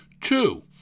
Two